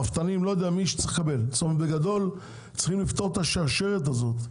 צריך לפתור את השרשרת הזו,